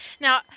Now